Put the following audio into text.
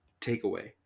takeaway